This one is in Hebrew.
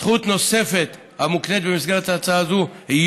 זכות נוספת המוקנית במסגרת הצעה זו היא